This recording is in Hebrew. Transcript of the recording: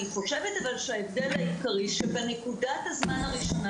אני חושבת שההבדל העיקרי הוא שבנקודת הזמן הראשונה,